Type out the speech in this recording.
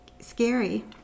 scary